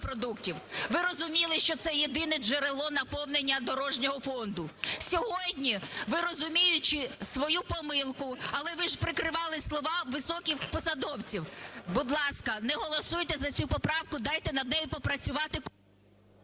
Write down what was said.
ви розуміли, що це єдине джерело наповнення дорожнього фонду. Сьогодні ви, розуміючи свою помилку, але ви ж прикривали слова високих посадовців. Будь ласка, не голосуйте за цю поправку, дайте над нею попрацювати…